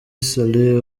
saleh